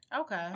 Okay